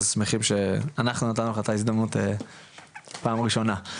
אז אנחנו שמחים שאנחנו נתנו לך את ההזדמנות בפעם הראשונה.